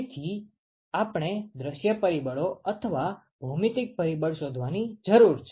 તેથી આપણે દૃશ્ય પરિબળો અથવા ભૌમિતિક પરિબળ શોધવાની જરૂર છે